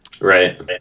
Right